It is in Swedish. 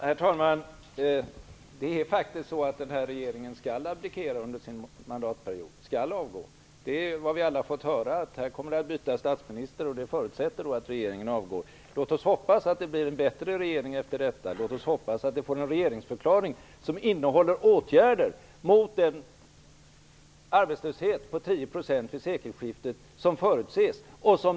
Herr talman! Det är faktiskt så att den här regeringen skall abdikera under sin mandatperiod. Vi har alla fått höra att det kommer att bytas statsminister, och detta förutsätter att regeringen avgår. Låt oss hoppas att det blir en bättre regering efter detta. Låt oss hoppas att vi får en regeringsförklaring som innehåller åtgärder mot den arbetslöshet på 10 % vid sekelskiftet som förutses.